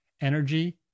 energy